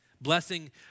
blessing